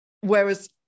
Whereas